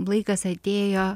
laikas atėjo